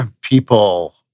people